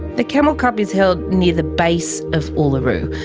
the camel cup is held near the base of uluru.